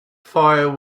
fire